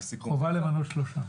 חובה למנות שלושה.